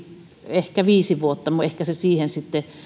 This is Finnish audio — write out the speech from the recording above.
ehkä viisi vuotta ehkä se siihen sitten